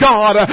God